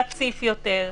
רציף יותר,